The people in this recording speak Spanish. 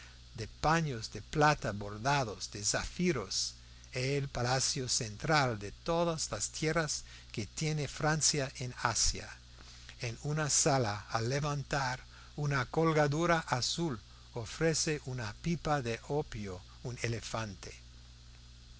de paños de plata bordados de zafiros el palacio central de todas las tierras que tiene francia en asia en una sala al levantar una colgadura azul ofrece una pipa de opio un elefante allá